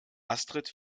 astrid